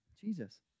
Jesus